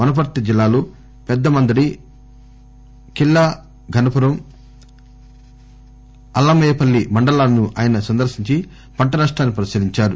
వనపర్తి జిల్లాలో పెద్దమందడి ఖిల్లా ఘనపురం అల్లమయ్యపల్లి మండలాలను ఆయన సందర్పించి పంట నష్టాన్ని పరిశీలించారు